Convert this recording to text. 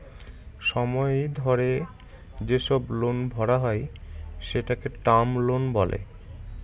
সময় ধরে যেসব লোন ভরা হয় সেটাকে টার্ম লোন বলে